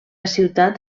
ciutat